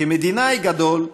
וכמדינאי גדול,